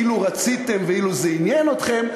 אילו רציתם ואילו זה עניין אתכם,